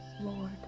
Lord